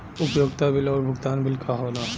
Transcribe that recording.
उपयोगिता बिल और भुगतान बिल का होला?